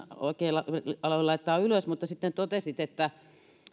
oikein aloin laittamaan ylös mutta sitten totesit